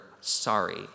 sorry